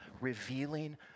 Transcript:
revealing